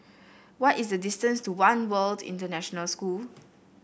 what is the distance to One World International School